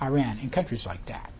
iran and countries like that